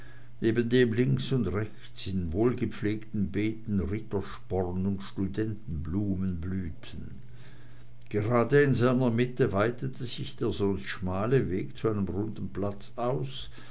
neben dem links und rechts in wohlgepflegten beeten rittersporn und studentenblumen blühten gerade in seiner mitte weitete sich der sonst schmale gang zu einem runden platz aus